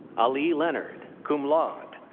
ali leonard, cum laude.